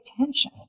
attention